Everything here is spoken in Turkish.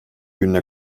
gününe